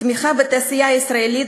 תמיכה בתעשייה הישראלית,